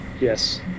Yes